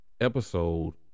episode